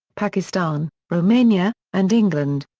pakistan, romania, and england.